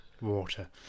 water